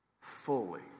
fully